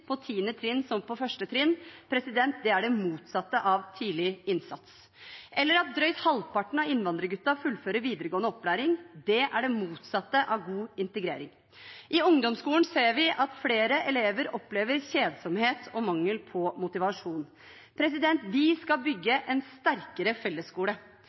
på 10. trinn som på 1. trinn, det er det motsatte av tidlig innsats, eller at drøyt halvparten av innvandrerguttene fullfører videregående opplæring, det er det motsatte av god integrering. I ungdomsskolen ser vi at flere elever opplever kjedsomhet og mangel på motivasjon. Vi skal bygge en sterkere fellesskole,